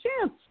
chance